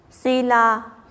sila